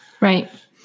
right